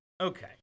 Okay